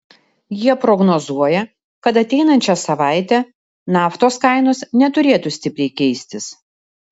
jie prognozuoja kad ateinančią savaitę naftos kainos neturėtų stipriai keistis